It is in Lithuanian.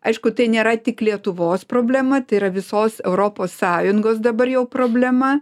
aišku tai nėra tik lietuvos problema tai yra visos europos sąjungos dabar jau problema